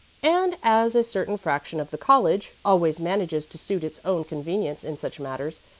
and as a certain faction of the college always manages to suit its own convenience in such matters,